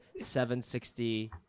760